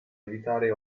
evitare